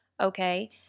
Okay